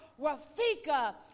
Rafika